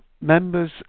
members